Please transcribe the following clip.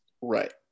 Right